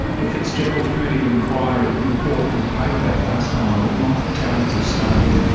the fitzgerald committee of inquiry report was a paperback last time i looked, not tablets of stone.